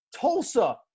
Tulsa